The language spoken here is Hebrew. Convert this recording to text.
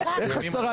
אושרה.